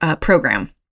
program